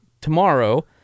tomorrow